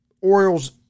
Orioles